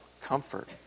comfort